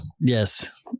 Yes